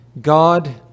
God